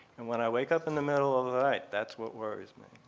and when i wake up in the middle of the night, that's what worries me.